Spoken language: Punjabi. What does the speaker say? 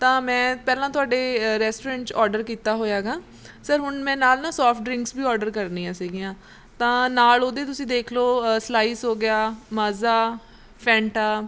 ਤਾਂ ਮੈਂ ਪਹਿਲਾਂ ਤੁਹਾਡੇ ਰੈਸਟੋਰੈਂਟ 'ਚ ਆਰਡਰ ਕੀਤਾ ਹੋਇਆ ਗਾ ਸਰ ਹੁਣ ਮੈਂ ਨਾਲ ਨਾ ਸੋਫਟ ਡਰਿੰਕਸ ਵੀ ਆਰਡਰ ਕਰਨੀਆਂ ਸੀਗੀਆਂ ਤਾਂ ਨਾਲ ਉਹਦੇ ਤੁਸੀਂ ਦੇਖ ਲਓ ਸਲਾਈਸ ਹੋ ਗਿਆ ਮਾਜ਼ਾ ਫੈਂਟਾ